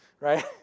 right